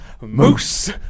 moose